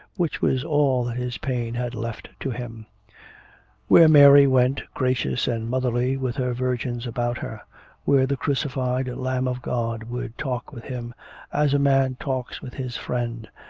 which was all that his pain had left to him where mary went, gracious and motherly, with her virgins about her where the crucified lamb of god would talk with him as a man talks with his friend,